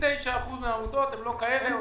99.9% מהעמותות הן לא כאלו.